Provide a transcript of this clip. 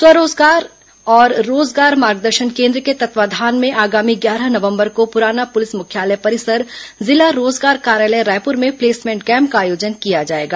रोजगार और स्वरोजगार मार्गदर्शन केन्द्र के तत्वावधान में आगामी ग्यारह नवंबर को पुराना पुलिस मुख्यालय परिसर जिला रोजगार कार्यालय रायपुर में प्लेसमेंट कैम्प का आयोजन किया जाएगा